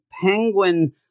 penguin